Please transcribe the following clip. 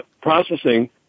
processing